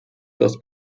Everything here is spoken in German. das